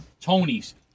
Tony's